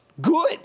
Good